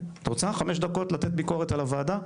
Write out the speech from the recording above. את רוצה חמש דקות לתת ביקורת על הוועדה?